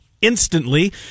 instantly